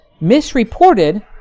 misreported